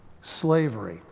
Slavery